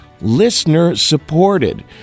listener-supported